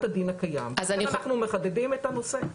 הדין הקיים והאם אנחנו מחדדים את הנושא.